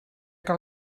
que